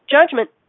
judgment